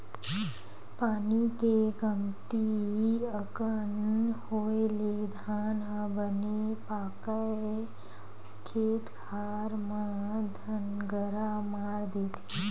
पानी के कमती अकन होए ले धान ह बने नइ पाकय अउ खेत खार म दनगरा मार देथे